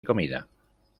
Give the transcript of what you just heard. comida